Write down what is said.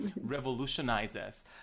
revolutionizes